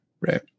right